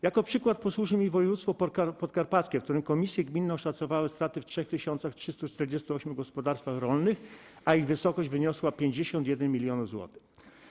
Jako przykład posłuży mi województwo podkarpackie, w którym komisje gminne oszacowały straty w 3348 gospodarstwach rolnych, a ich wysokość wyniosła 51 mln zł.